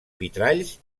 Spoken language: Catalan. vitralls